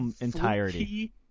entirety